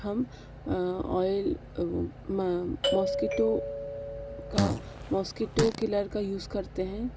हम oil mosquito का mosquito killer का यूज़ करते हैं